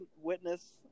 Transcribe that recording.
Witness